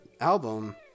album